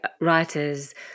writers